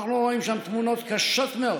אנחנו רואים שם תמונות קשות מאוד